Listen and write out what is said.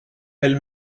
elle